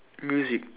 music